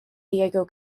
diego